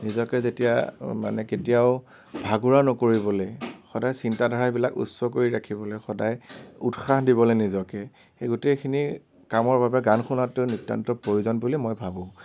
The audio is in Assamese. নিজকে যেতিয়া কেতিয়াও ভাগৰুৱা নকৰিবলে সদায় চিন্তাধাৰাবিলাক উচ্চ কৰি ৰাখিবলে সদায় উৎসাহ দিবলে নিজকে এই গোটেইখিনি কামৰ বাবে গান শুনাটো নিতান্তই প্ৰয়োজন বুলি মই ভাবোঁ